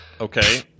Okay